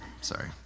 sorry